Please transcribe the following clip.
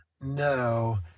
No